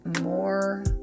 more